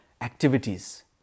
activities